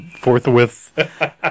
forthwith